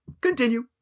continue